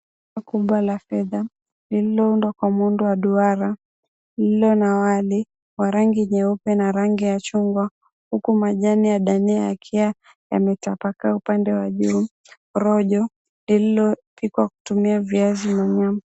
Kumba la fedha, lililoundwa kwa muundo wa duara, lililo na wali, wa rangi nyeupe na rangi ya chungwa, huku majani ya dania yakiwa yametapakaa upande wa juu. Rojo lililopikwa kutumia viazi na nyama.